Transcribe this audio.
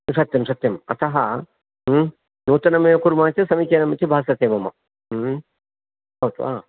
सत्यं सत्यं अतः नूतनमेव कुर्मः चेत् समीचीनमिति भासते मम भवतु वा